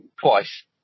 twice